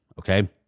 okay